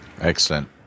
Excellent